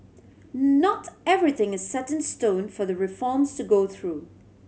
not everything is set in stone for the reforms to go through